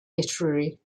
literary